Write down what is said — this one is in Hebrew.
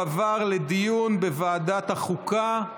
לוועדת החוקה,